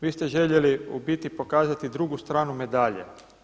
Vi ste željeli u biti pokazati drugu stranu medalje.